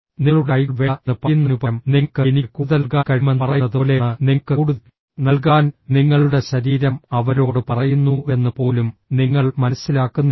നിങ്ങളുടെ കൈകൾ വേണ്ട എന്ന് പറയുന്നതിനുപകരം നിങ്ങൾക്ക് എനിക്ക് കൂടുതൽ നൽകാൻ കഴിയുമെന്ന് പറയുന്നത് പോലെയാണ് നിങ്ങൾക്ക് കൂടുതൽ നൽകാൻ നിങ്ങളുടെ ശരീരം അവരോട് പറയുന്നുവെന്ന് പോലും നിങ്ങൾ മനസ്സിലാക്കുന്നില്ല